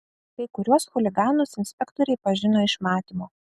kai kuriuos chuliganus inspektoriai pažino iš matymo